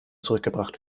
zurückgebracht